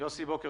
בוקר